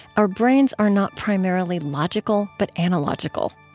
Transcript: our brains are not primarily logical, but analogical.